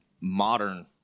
modern